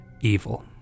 evil